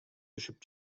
түшүп